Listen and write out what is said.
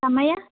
ಸಮಯ